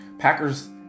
Packers